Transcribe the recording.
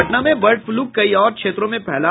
पटना में bird flu कई और क्षेत्रों में फैला